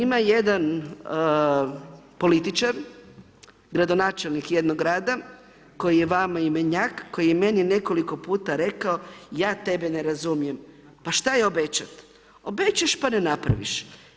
Ima jedan političar, gradonačelnik jednog grada koji je vama imenjak, koji je meni nekoliko puta rekao ja tebe ne razumijem, pa šta je obećat, obećaš, pa ne napraviš.